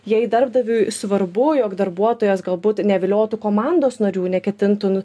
jei darbdaviui svarbu jog darbuotojas galbūt neviliotų komandos narių neketintų